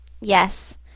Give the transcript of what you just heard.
Yes